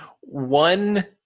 one